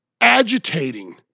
agitating